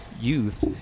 youth